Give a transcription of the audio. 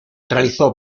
realizó